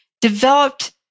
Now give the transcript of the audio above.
developed